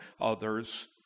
others